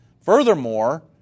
Furthermore